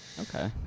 Okay